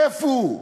איפה הוא?